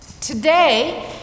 Today